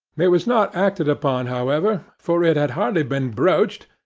it was not acted upon, however, for it had hardly been broached,